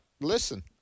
Listen